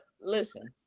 Listen